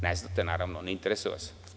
Ne znate, naravno, ne interesuje vas.